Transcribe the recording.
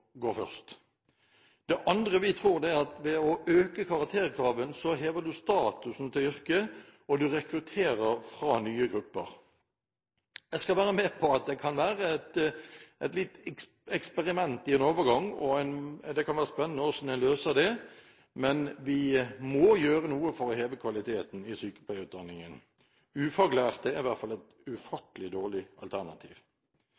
først. Det andre vi tror, er at ved å øke karakterkravet, hever en statusen til yrket, og en rekrutterer fra nye grupper. Jeg skal være med på at det kan være et eksperiment i en overgang, og det kan være spennende å se hvordan en løser det. Men vi må gjøre noe for å heve kvaliteten i sykepleierutdanningen. Ufaglærte er i hvert fall et